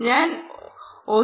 ഞാൻ 1